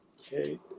okay